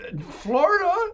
Florida